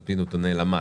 על פי נתוני למ"ס,